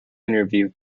interview